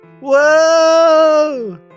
Whoa